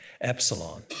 Epsilon